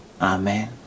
Amen